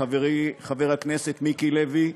חברי חבר הכנסת מיקי לוי,